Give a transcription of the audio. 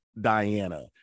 Diana